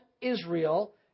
Israel